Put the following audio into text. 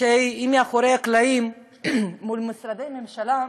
שמאחורי הקלעים, מול משרדי הממשלה,